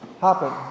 happen